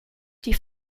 die